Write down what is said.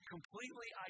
completely